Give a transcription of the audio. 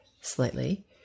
slightly